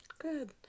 good